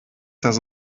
das